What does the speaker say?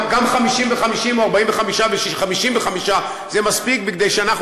גם 50% ו-50% או 45% ו-55% זה מספיק כדי שאנחנו